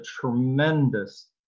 tremendous